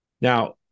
Now